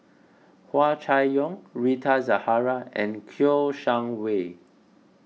Hua Chai Yong Rita Zahara and Kouo Shang Wei